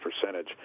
percentage